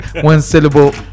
one-syllable